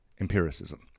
empiricism